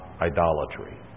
idolatry